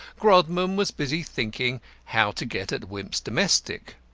grodman was busy thinking how to get at wimp's domestic.